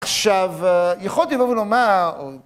עכשיו, יכולתי לבוא ולומר...